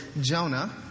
Jonah